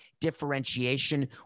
differentiation